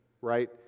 right